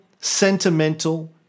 sentimental